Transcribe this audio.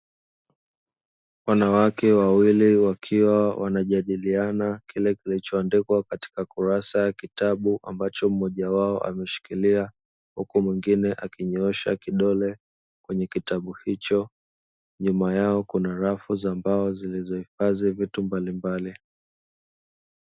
Wanawake wawili wakiwa wanajadiliana kile kilichoandikwa katika ukurasa wa kitabu ambao mmoja wao ameshikilia huku mwingine akinyoosha kidole kwenye kitabu hicho. Nyuma yao kuna rafu zilizohifadhi vitu mbalimbali.